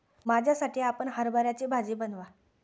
माझ्यासाठी आपण हरभऱ्याची भाजी बनवा